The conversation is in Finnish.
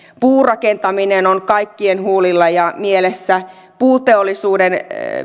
puurakentaminen on kaikkien huulilla ja mielessä puuteollisuuden